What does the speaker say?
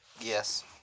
Yes